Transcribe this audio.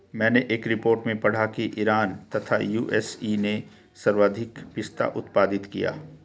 मैनें एक रिपोर्ट में पढ़ा की ईरान तथा यू.एस.ए ने सर्वाधिक पिस्ता उत्पादित किया